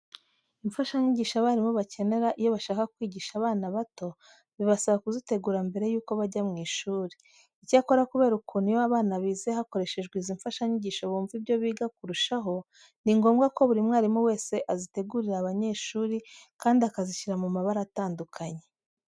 Imfashanyigisho abarimu bakenera iyo bashaka kwigisha abana bato bibasaba kuzitegura mbere yuko bajya mu ishuri. Icyakora kubera ukuntu iyo abana bize hakoreshejwe izi mfashanyigisho bumva ibyo biga kurushaho, ni ngombwa ko buri mwarimu wese azitegurira abanyeshuri kandi akazishyira mu mabara atandukanye.